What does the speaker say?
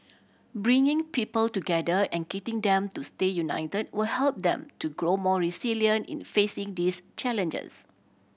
bringing people together and getting them to stay unit will help them to grow more resilient in facing these challenges